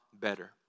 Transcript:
better